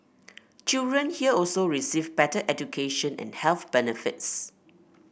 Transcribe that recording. children here also receive better education and health benefits